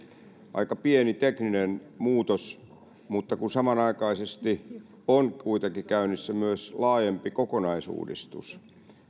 aika pieni tekninen muutos mutta kun samanaikaisesti on kuitenkin käynnissä myös laajempi kokonaisuudistus